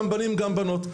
גם בנים וגם בנות,